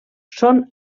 són